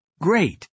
Great